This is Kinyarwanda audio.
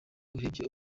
urebeye